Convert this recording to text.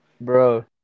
Bro